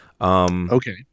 Okay